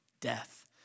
death